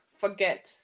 forget